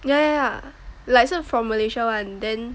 ya ya like 是 from Malaysia [one] then